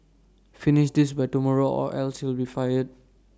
finish this by tomorrow or else you'll be fired